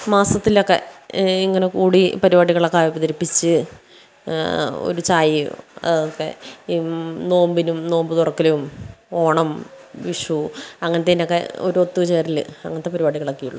മാസത്തിലൊക്കെ ഇങ്ങനെ കൂടി പരിപാടികളൊക്കെ അവതരിപ്പിച്ച് ഒരു ചായയോ അതൊക്കെ നോമ്പിനും നോമ്പ് തുറക്കലും ഓണം വിഷു അങ്ങനത്തേതിനൊക്കെ ഒരു ഒത്തു ചേരൽ അങ്ങനത്തെ പരിപാടികളൊക്കെയേ ഉളളൂ